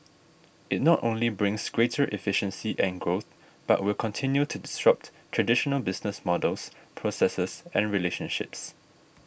it not only brings greater efficiency and growth but will continue to disrupt traditional business models processes and relationships